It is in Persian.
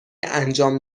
انجام